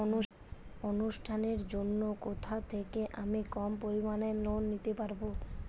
অনুষ্ঠানের জন্য কোথা থেকে আমি কম পরিমাণের লোন নিতে পারব?